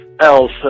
else